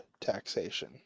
taxation